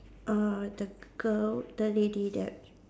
uh the girl the lady that